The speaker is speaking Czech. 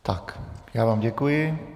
Tak, já vám děkuji.